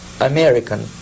American